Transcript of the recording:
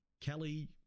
Kelly